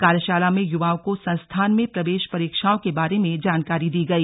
कार्यशाला में युवाओं को संस्थान में प्रवेश परीक्षाओं के बारे में जानकारी दी गई